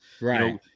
Right